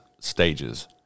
stages